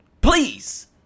Please